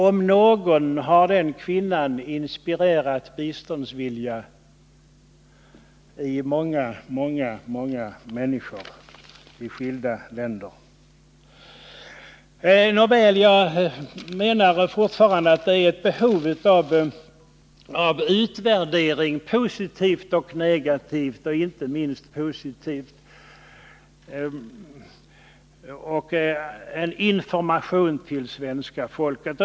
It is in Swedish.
Om någon har den kvinnan inspirerat till biståndsvilja hos många många människor i skilda länder. Nåväl, jag menar fortfarande att det föreligger behov av en utvärdering — positivt inte minst och negativt — och av information till svenska folket.